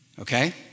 okay